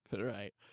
Right